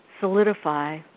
solidify